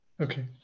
Okay